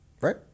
right